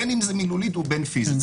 בין אם זה מילולית ובין פיסית.